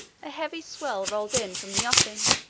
a heavy swell rolled in from the offing,